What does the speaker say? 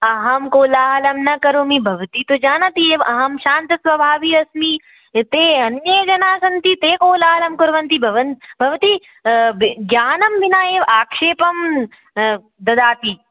अहं कोलाहलं न करोमि भवती तु जानाति एव अहं शान्तस्वभाविनी अस्मि एते अन्ये जनाः सन्ति ते कोलाहलं कुर्वन्ति भवन् भवती ब ज्ञानं विना एव आक्षेपं ददाति